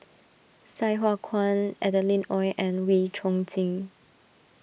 Sai Hua Kuan Adeline Ooi and Wee Chong Jin